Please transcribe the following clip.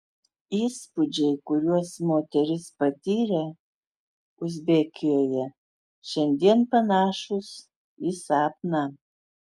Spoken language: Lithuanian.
įspūdžiai kuriuos moteris patyrė uzbekijoje šiandien panašūs į sapną